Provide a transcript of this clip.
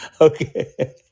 okay